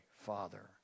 Father